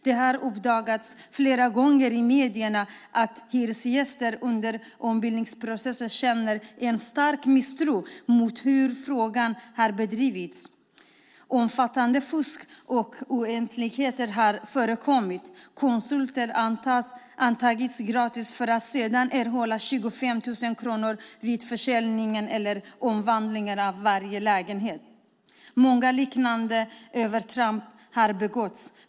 Det har uppdagats fler gånger i medierna att hyresgäster under ombildningsprocesser känner en stark misstro mot hur frågan har bedrivits. Omfattande fusk och oegentligheter har förekommit. Konsulter anlitas gratis för att sedan erhålla 25 000 kronor vid försäljning eller omvandling av varje lägenhet. Många liknande övertramp har begåtts.